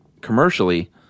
commercially